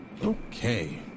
Okay